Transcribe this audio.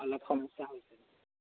অলপ সমস্যা হৈছে